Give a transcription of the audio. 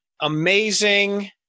Amazing